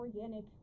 organic